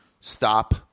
stop